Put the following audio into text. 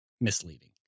misleading